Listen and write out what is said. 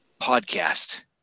podcast